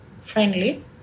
friendly